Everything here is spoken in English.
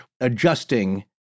adjusting